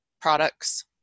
products